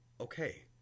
okay